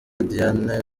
tidiane